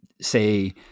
say